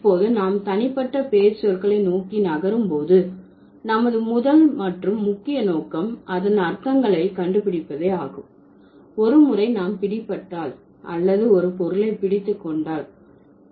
இப்போது நாம் தனிப்பட்ட பெயர்ச்சொற்களை நோக்கி நகரும் போது நமது முதல் மற்றும் முக்கிய நோக்கம் அதன் அர்த்தங்களை கண்டுபிடிப்பதே ஆகும் ஒரு முறை நாம் பிடிபட்டால் அல்லது ஒரு பொருளை பிடித்து கொண்டால்